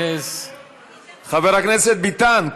חבר הכנסת ביטן,